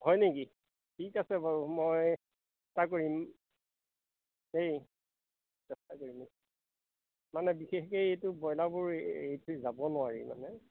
হয় নেকি ঠিক আছে বাৰু মই চেষ্টা কৰিম দেই চেষ্টা কৰিম মানে বিশেষকে এইটো ব্ৰইলাৰবোৰ এৰিথৈ যাব নোৱাৰি মানে